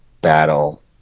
battle